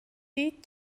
دید